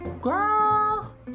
girl